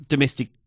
domestic